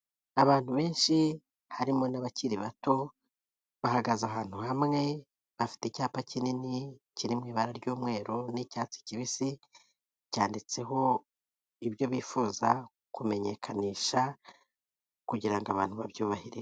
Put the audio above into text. Abantu benshi harimo n'abakiri bato, bahagaze ahantu hamwe, bafite icyapa kinini kiri mu ibara ry'umweru n'icyatsi kibisi cyanditseho ibyo bifuza kumenyekanisha kugira ngo abantu babyubahirize.